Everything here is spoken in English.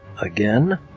again